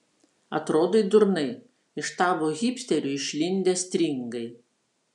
atrodai durnai iš tavo hipsterių išlindę stringai